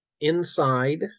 Inside